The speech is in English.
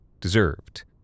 Deserved